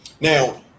now